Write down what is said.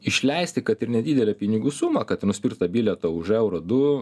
išleisti kad ir nedidelę pinigų sumą kad nuspirt tą bilietą už eurą du